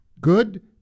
Good